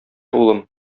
улым